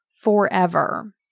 forever